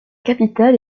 capitale